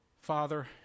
father